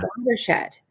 watershed